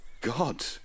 God